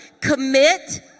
Commit